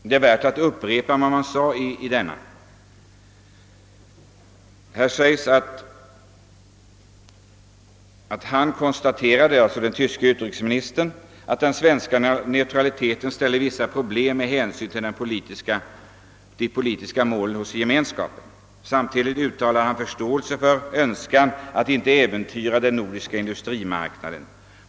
Det är värt att upprepa vad som sades härom i deklarationen: »Han konstaterade att den svenska neutraliteten ställer vissa problem med hänsyn till de politiska målen hos Gemenskapen. Samtidigt uttalade han förståelse för önskan att inte äventyra den nordiska industrimarknaden.